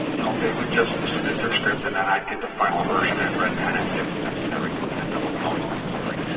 you know they would just submit their script and then i'd get the final version and red-pen it if necessary, and it wasn't always necessary.